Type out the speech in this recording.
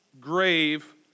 grave